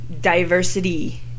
diversity